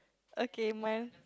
okay mine